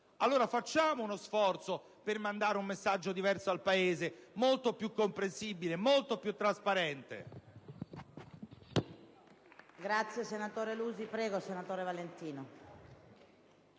compiere uno sforzo per mandare un messaggio diverso al Paese, molto più comprensibile e trasparente.